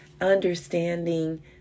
understanding